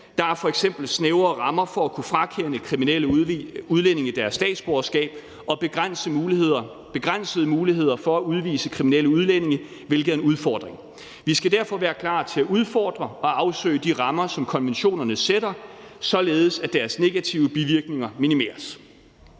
Der er f.eks. snævre rammer for at kunne frakende kriminelle udlændinge deres statsborgerskab og begrænsede muligheder for at udvise kriminelle udlændinge, hvilket er en udfordring. Vi skal derfor være klar til at udfordre og afsøge de rammer, som konventionerne sætter op, således at deres negative bivirkninger minimeres.«